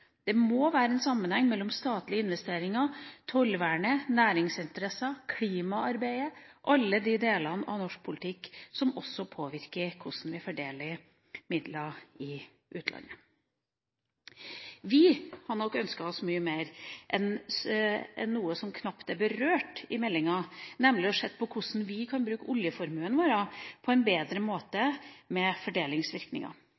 Det må være en sammenheng mellom statlige investeringer, tollvernet, næringsinteresser, klimasamarbeidet – alle de delene av norsk politikk som også påvirker hvordan vi fordeler midler i utlandet. Vi hadde nok ønsket oss mye mer av noe som knapt er berørt i meldinga, nemlig å se på hvordan vi kan bruke oljeformuen vår på en bedre